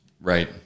Right